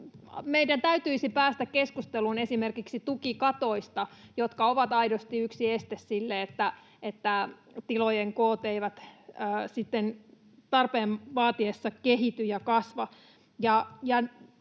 Meidän täytyisi päästä keskusteluun esimerkiksi tukikatoista, jotka ovat aidosti yksi syy sille, että tilojen koot eivät sitten tarpeen vaatiessa kehity ja kasva.